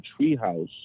treehouse